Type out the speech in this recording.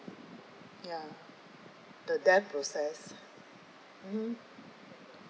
ya the death process (uh huh)